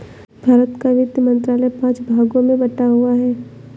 भारत का वित्त मंत्रालय पांच भागों में बटा हुआ है